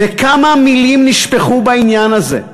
וכמה מילים נשפכו בעניין הזה,